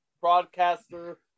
broadcaster